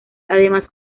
además